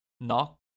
Knock